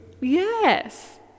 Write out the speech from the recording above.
Yes